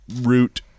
root